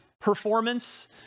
performance